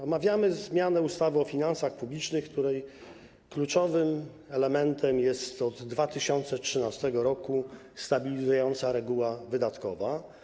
Omawiamy zmianę ustawy o finansach publicznych, której kluczowym elementem jest od 2013 r. stabilizująca reguła wydatkowa.